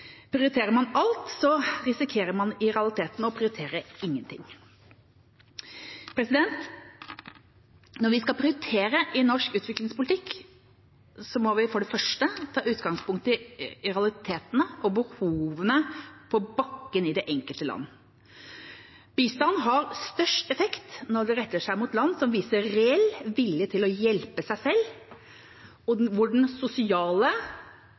Prioriterer man alt, risikerer man i realiteten å prioritere ingenting. Når vi skal prioritere i norsk utviklingspolitikk, må vi for det første ta utgangspunkt i realitetene og behovene på bakken i det enkelte land. Bistand har størst effekt når det retter seg mot land som viser reell vilje til å hjelpe seg selv, og hvor den sosiale